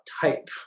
type